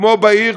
כמו בעיר,